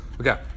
Okay